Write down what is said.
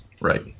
Right